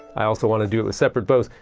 i also want to do it with separate bows.